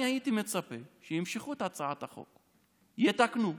אני הייתי מצפה שימשכו את הצעת החוק, יתקנו.